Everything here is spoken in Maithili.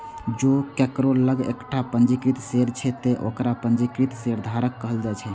जों केकरो लग एकटा पंजीकृत शेयर छै, ते ओकरा पंजीकृत शेयरधारक कहल जेतै